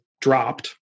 dropped